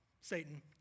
Satan